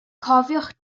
cofiwch